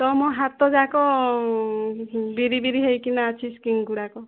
ତ ମୋ ହାତ ଯାକ ବିରି ବିରି ହେଇକିନା ଅଛି ସ୍କିନ୍ ଗୁଡ଼ାକ